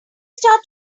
start